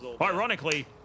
Ironically